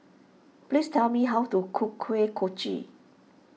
please tell me how to cook Kuih Kochi